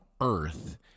Earth